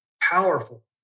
powerful